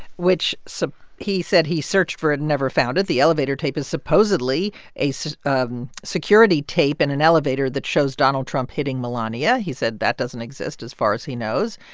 which so he said he searched for and never found it. the elevator tape is supposedly a so um security tape in an elevator that shows donald trump hitting melania. he said that doesn't exist, as far as he knows.